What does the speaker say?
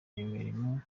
imirimo